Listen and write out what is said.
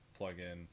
plugin